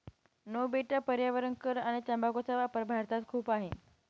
no बेटा पर्यावरण कर आणि तंबाखूचा वापर भारतात खूप आहे